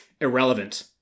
irrelevant